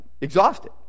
exhausted